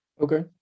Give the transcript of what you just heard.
Okay